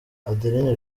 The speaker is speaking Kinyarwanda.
adeline